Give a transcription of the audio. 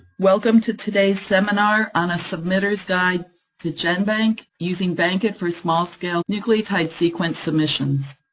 welcome to today's seminar on a submitter's guide to genbank using bankit for small-scale nucleotide sequence submissions.